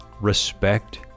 respect